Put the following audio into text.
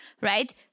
right